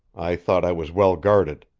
i thought i was well-guarded.